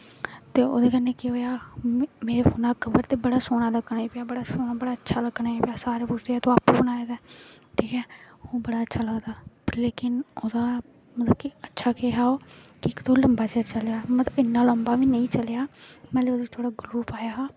ते ओह्दे कन्नै केह् होएआ मेरे फोनै दा कल्लर ते बड़ा सोह्ना लग्गन लगी पेआ बड़ा अच्छा लग्गन लगी पेआ सारे पुच्छन लगे तूं आपूं बनाए दा ऐ ठीक ऐ ओह् बड़ा अच्छा लगदा लेकिन मतलब कि ओह्दा अच्छा केह् हा इक ते ओह् लम्बा चलेआ इन्ना लम्बा बी नेईं चलेआ मतलब थोह्ड़े ग्लू पाया हा